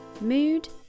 Mood